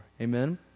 Amen